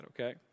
okay